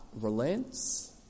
relents